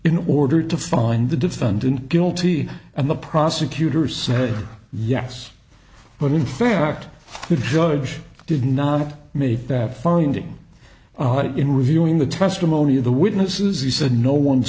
in order to find the defendant guilty and the prosecutor said yes but in fact the judge did not make that finding in reviewing the testimony of the witnesses he said no one